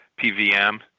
PVM